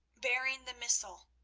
bearing the missal.